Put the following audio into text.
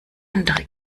andere